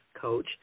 coach